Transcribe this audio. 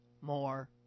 more